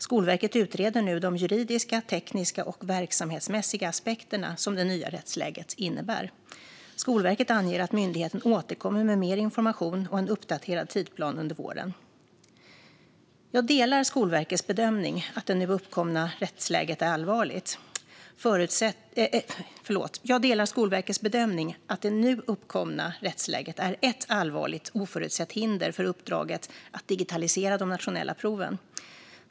Skolverket utreder nu de juridiska, tekniska och verksamhetsmässiga aspekter som det nya rättsläget innebär. Skolverket anger att myndigheten återkommer med mer information och en uppdaterad tidsplan under våren. Jag delar Skolverkets bedömning att det nu uppkomna rättsläget är ett allvarligt, oförutsett hinder för uppdraget att digitalisera de nationella proven.